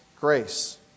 Grace